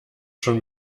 schon